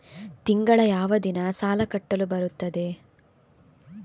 ತಿಂಗಳ ಯಾವ ದಿನ ಸಾಲ ಕಟ್ಟಲು ಬರುತ್ತದೆ?